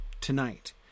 tonight